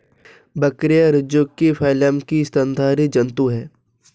बकरियाँ रज्जुकी फाइलम की स्तनधारी जन्तु है